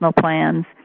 plans